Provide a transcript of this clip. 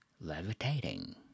Levitating